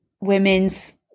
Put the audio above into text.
women's